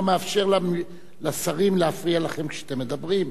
אני לא מאפשר לשרים להפריע לכם כשאתם מדברים.